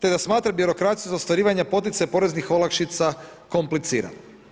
te da smatra birokraciju za ostvarivanje poticaja poreznih olakšica komplicirano.